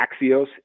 Axios